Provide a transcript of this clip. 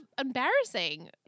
embarrassing